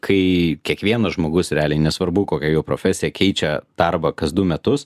kai kiekvienas žmogus realiai nesvarbu kokia jo profesija keičia darbą kas du metus